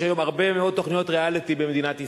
יש הרבה מאוד תוכניות ריאליטי במדינת ישראל,